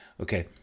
Okay